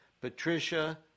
Patricia